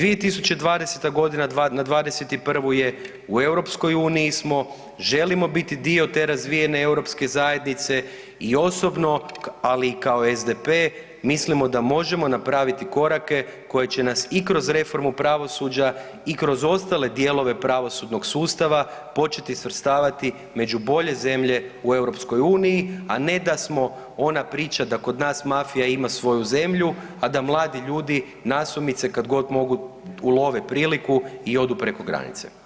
2020. godina na '21. je u EU smo, želimo biti dio te razvijene europske zajednice i osobno, ali i kao SDP mislimo da možemo napraviti korake koji će nas i kroz reformu pravosuđa i kroz ostale dijelove pravosudnog sustava početi svrstavati među bolje zemlje u EU, a ne da smo ona priča da kod nas mafija ima svoju zemlju, a da mladi ljudi nasumice kad god mogu ulove priliku i odu preko granice.